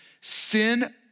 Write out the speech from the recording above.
Sin